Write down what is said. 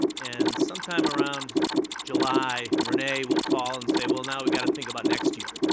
and sometime around july, renee will call and say, well, now we've got to think about next year.